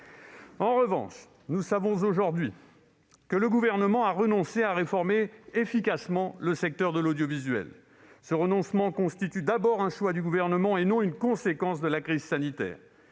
En revanche, nous savons aujourd'hui que le Gouvernement a renoncé à réformer efficacement le secteur de l'audiovisuel. Ce renoncement constitue d'abord un choix du Gouvernement, et non une conséquence de la crise sanitaire.